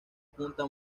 punta